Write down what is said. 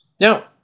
Now